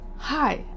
Hi